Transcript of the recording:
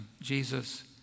Jesus